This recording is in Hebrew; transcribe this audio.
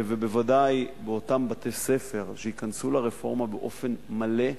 בוודאי באותם בתי-ספר שייכנסו לרפורמה באופן מלא,